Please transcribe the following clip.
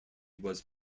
was